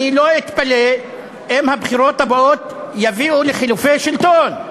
ולכן אני לא אתפלא אם הבחירות הבאות יביאו לחילופי שלטון.